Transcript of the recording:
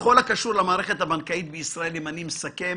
בכל הקשור למערכת הבנקאית בישראל, אם אני מסכם,